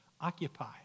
Occupy